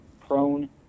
prone